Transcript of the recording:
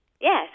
Yes